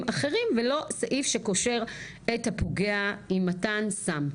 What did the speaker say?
אחרים ולא סעיף שקושר את הפוגע עם מתן סם,